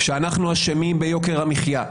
שאנחנו אשמים ביוקר המחיה.